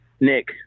nick